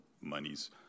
monies